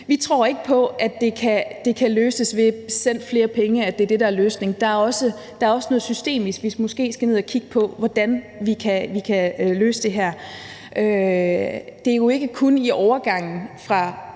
penge, altså at det et er det, der er løsningen. Der er også noget systemisk, vi måske skal ned og kigge på for at se, hvordan vi kan løse det her. Det er jo ikke kun i overgangen fra